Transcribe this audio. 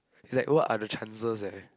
it's like what are the chances eh